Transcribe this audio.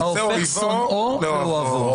ההופך שונאו לאוהבו.